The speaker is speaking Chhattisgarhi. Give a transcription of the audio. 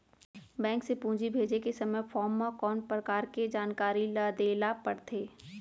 बैंक से पूंजी भेजे के समय फॉर्म म कौन परकार के जानकारी ल दे ला पड़थे?